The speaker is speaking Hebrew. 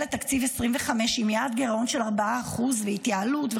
לתקציב 2025 עם יעד גירעון של 4% והתייעלות,